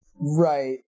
Right